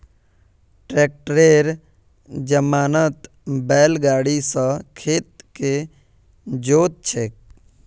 ट्रैक्टरेर जमानात बैल गाड़ी स खेत के जोत छेक